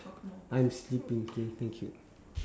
I'm sleeping K thank you